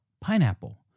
pineapple